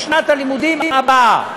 בשנת הלימודים הבאה.